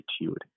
attitude